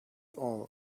all